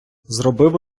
зробив